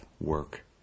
work